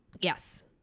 yes